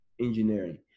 engineering